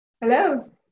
Hello